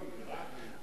רק ביבי.